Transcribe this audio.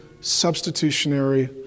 substitutionary